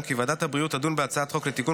החינוך),